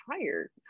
tired